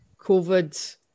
COVID